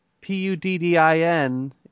p-u-d-d-i-n